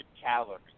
calories